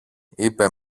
είπε